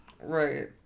Right